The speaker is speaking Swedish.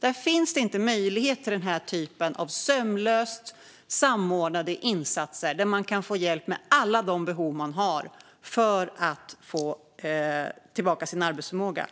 Där finns det inte möjlighet till denna typ av sömlöst samordnade insatser, där man kan få hjälp med alla de behov man har för att få tillbaka sin arbetsförmåga.